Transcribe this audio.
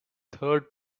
third